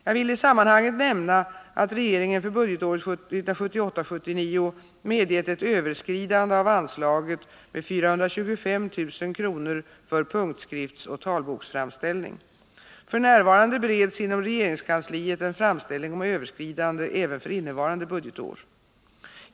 Jag vill i sammanhanget nämna att regeringen för budgetåret 1978/79 medgett ett överskridande av anslaget med 425 000 kr. för punktskriftsoch talboksframställning. F. n. bereds inom regeringskansliet en framställning om överskridande även för innevarande budgetår.